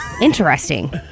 interesting